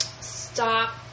stop